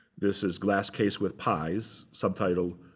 this is glass case with pies, subtitled,